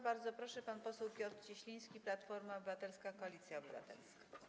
Bardzo proszę, pan poseł Piotr Cieśliński, Platforma Obywatelska - Koalicja Obywatelska.